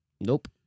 Nope